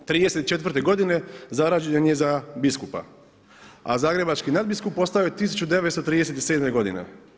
1934. godine zaređen je za biskupa, a zagrebački nadbiskup postao je 1937. godine.